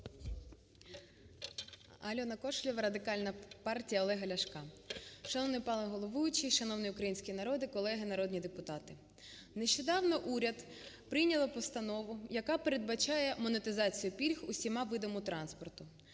АльонаКошелєва, Радикальна партія Олега Ляшка. Шановний пане головуючий, шановний український народе, колеги народні депутати! Нещодавно уряд прийняв постанову, яка передбачає монетизацію пільг усіма видами транспорту.